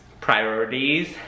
priorities